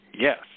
Yes